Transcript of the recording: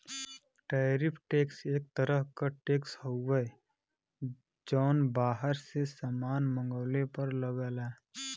tariff tax एक तरह क टैक्स हउवे जौन बाहर से सामान मंगवले पर लगला